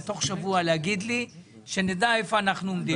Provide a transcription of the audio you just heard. בתוך שבוע כדי שנדע היכן אנחנו עומדים.